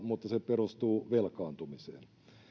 mutta se perustuu velkaantumiseen